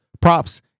props